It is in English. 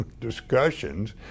discussions